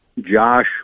Josh